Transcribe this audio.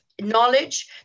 knowledge